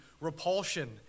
repulsion